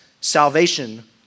Salvation